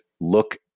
look